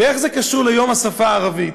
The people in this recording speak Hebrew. ואיך זה קשור ליום השפה הערבית?